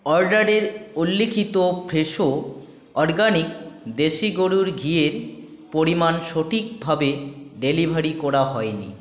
অর্ডারের উল্লিখিত Fresho organic দেশি গরুর ঘিয়ের পরিমাণ সঠিকভাবে ডেলিভারি করা হয় নি